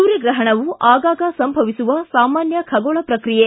ಸೂರ್ಯಗ್ರಹಣವು ಆಗಾಗ ಸಂಭವಿಸುವ ಸಾಮಾನ್ಯ ಖಗೋಳ ಪ್ರಕ್ರಿಯೆ